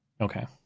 Okay